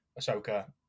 Ahsoka